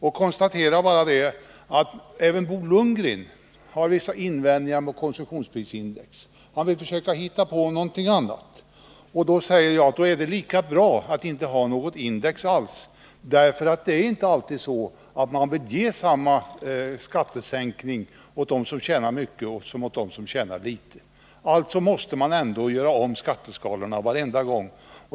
Jag konstaterar bara att även Bo Lundgren har vissa invändningar mot konsumentprisindex. Han vill i stället hitta på något annat. Med anledning av det vill jag säga: Då är det lika bra att inte ha något index alls. Det är inte alltid så att man bör ge samma skattesänkning åt dem som tjänar mycket som åt dem som tjänar litet. Därför måste man ändå göra om skatteskalorna varenda gång.